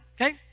okay